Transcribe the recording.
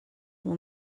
will